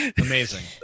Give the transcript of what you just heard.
Amazing